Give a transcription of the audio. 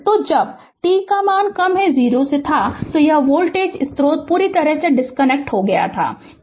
तो जब यह t 0 था तो यह वोल्टेज स्रोत पूरी तरह से डिस्कनेक्ट हो गया है ठीक